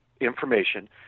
information